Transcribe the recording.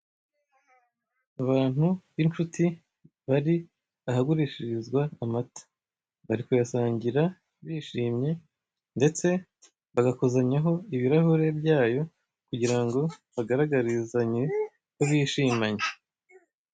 Abantu b'inshuti bari ahagurishirizwa amata, bari kuyasangira bishimye ndetse bagakozanyaho ibirahure byayo kugira ngo bagaragarizanye ko bishimanye.